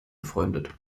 befreundet